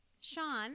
Sean